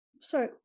sorry